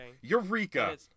Eureka